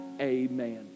amen